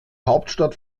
hauptstadt